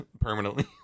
permanently